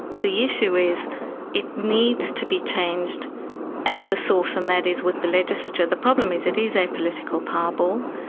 the issue is it needs to be changed at the source and that is with the legislature. the problem is it is a political power-ball,